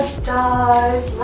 stars